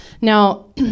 Now